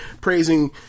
praising